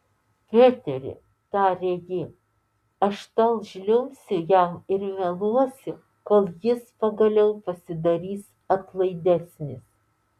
peteri tarė ji aš tol žliumbsiu jam ir meluosiu kol jis pagaliau pasidarys atlaidesnis